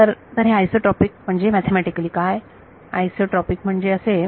तर तर हे आयसोट्रॉपीक म्हणजे मॅथेमॅटिकली काय आयसोट्रॉपीक म्हणजे असे